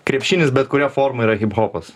krepšinis bet kuria forma yra hiphopas